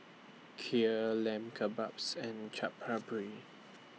Kheer Lamb Kebabs and Chaat Papri